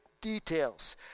details